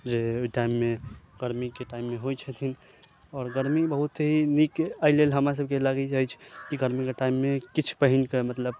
जे ओहि टाइम मे गरमी के टाइम मे होय छथिन आओर गरमी बहुत ही नीक एहि लेल हमरा सबके लागे अइ कि गरमी के टाइम मे किछु पहिन के मतलब